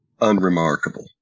unremarkable